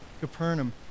Capernaum